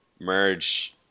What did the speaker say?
merge